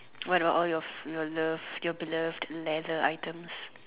what about all your loved your beloved leather items